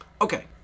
Okay